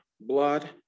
blood